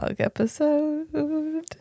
Episode